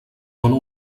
dóna